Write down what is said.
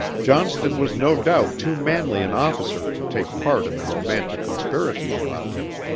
johnston was no doubt too manly an officer to take part in the romantic conspiracies about him.